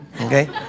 Okay